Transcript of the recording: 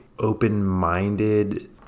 open-minded